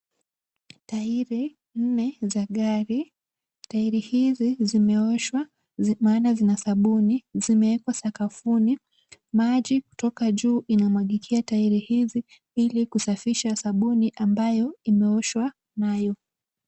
Tairi nne za gari. Tairi hizi zimeoshwa ndio maana zina sabuni. Zimewekwa sakafuni. Maji kutoka juu inamwagikia tairi hizi ili kusafisha sabuni ambayo imeoshwa nayo.